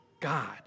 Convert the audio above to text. God